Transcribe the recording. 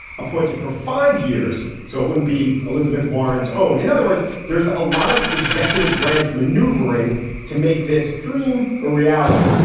appointed for five years so it wouldn't be elizabeth warren's own. in other words, there is a lot of executive branch maneuvering to make this dream a reality.